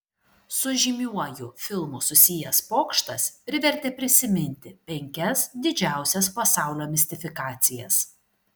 su žymiuoju filmu susijęs pokštas privertė prisiminti penkias didžiausias pasaulio mistifikacijas